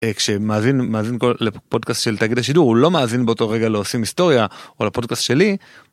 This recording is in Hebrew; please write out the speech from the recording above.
כשמאזין מאזין לפודקאסט של תאגיד השידור, הוא לא מאזין באותו רגע לעושים היסטוריה או לפודקאסט שלי.